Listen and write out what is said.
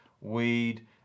weed